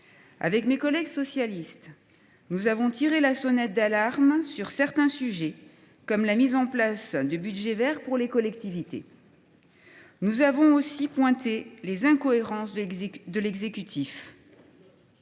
Avec mes collègues socialistes, nous avons tiré la sonnette d’alarme sur certains sujets, comme la mise en place de budgets verts pour les collectivités. Nous avons aussi pointé les incohérences de l’exécutif.